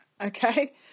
Okay